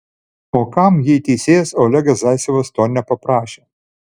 o kam jei teisėjas olegas zaicevas to nepaprašė